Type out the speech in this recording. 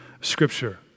Scripture